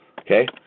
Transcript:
Okay